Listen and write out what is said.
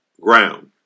ground